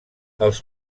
els